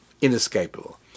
inescapable